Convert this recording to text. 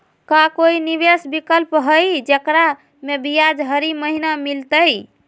का कोई निवेस विकल्प हई, जेकरा में ब्याज हरी महीने मिलतई?